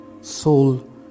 soul